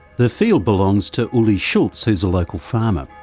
the field belongs to ulli schulz, who's a local farmer.